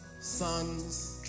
Sons